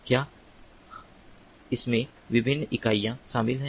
क्या इसमें विभिन्न इकाइयाँ शामिल हैं